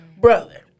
brother